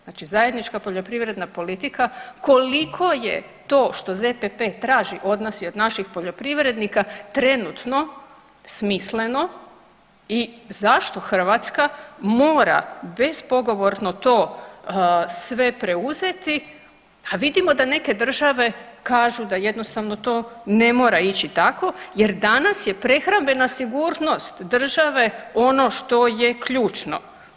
Znači zajednička poljoprivredna politika koliko je to što ZPP traži od nas i od naših poljoprivrednika trenutno smisleno i zašto Hrvatska mora bespogovorno to sve preuzeti, a vidimo da neke države kažu da jednostavno to ne mora ići tako jer danas je prehrambena sigurnost države ono što je ključno.